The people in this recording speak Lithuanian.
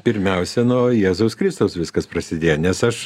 pirmiausia nuo jėzaus kristaus viskas prasidėjo nes aš